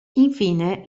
infine